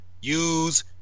use